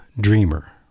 dreamer